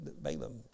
Balaam